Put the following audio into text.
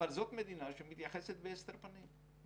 אבל זאת מדינה שמתייחסת בהסתר פנים.